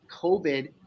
COVID